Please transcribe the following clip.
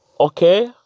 Okay